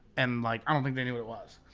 and like i don't think they knew it was.